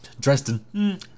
Dresden